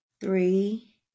Three